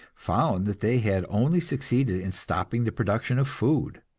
found that they had only succeeded in stopping the production of food.